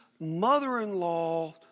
Mother-in-law